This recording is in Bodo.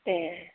ए